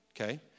okay